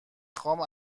خوام